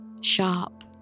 sharp